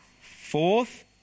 Fourth